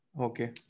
Okay